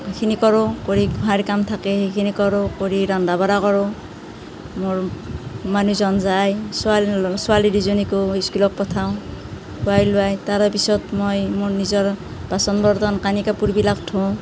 সেইখিনি কৰোঁ কৰি গোঁসাইৰ কাম থাকে সেইখিনি কৰোঁ কৰি ৰন্ধা বঢ়া কৰোঁ মোৰ মানুহজন যায় ছোৱালী ছোৱালী দুজনীকো স্কুলত পঠাওঁ খুৱাই লোৱাই তাৰ পিছত মই মোৰ নিজৰ বাচন বৰ্তন কানি কাপোৰবিলাক ধুওঁ